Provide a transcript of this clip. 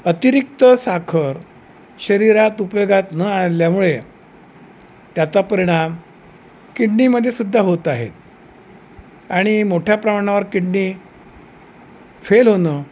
अतिरिक्त साखर शरीरात उपयोगात न आल्यामुळे त्याचा परिणाम किडनीमध्ये सुद्धा होत आहेत आणि मोठ्या प्रमाणावर किडनी फेल होणं